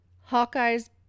Hawkeye's